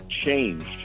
changed